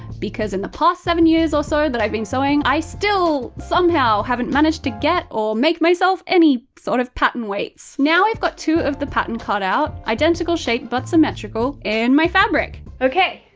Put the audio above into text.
because in the past seven years or so that i've been sewing, i still somehow haven't managed to get, or make myself any sort of pattern weights. now we've got two of the pattern cut-out, identical shape but symmetrical, and my fabric. okay,